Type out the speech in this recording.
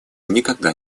никогда